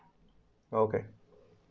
okay